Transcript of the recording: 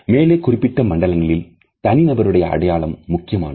மேலே குறிப்பிட்ட மண்டலங்களில் தனி நபருடைய அடையாளம் முக்கியமானது